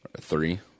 Three